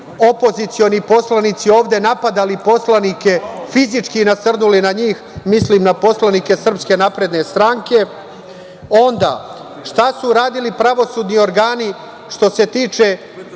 opozicioni poslanici ovde napadali poslanike, fizički nasrnuli na njih, mislim na poslanike SNS. Onda, šta su uradili pravosudni organi što se tiče